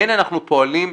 כן אנחנו פועלים,